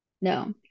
No